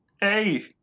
hey